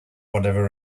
whatever